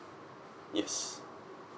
yes